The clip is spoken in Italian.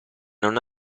non